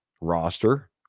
roster